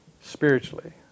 Spiritually